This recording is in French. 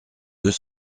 deux